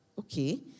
Okay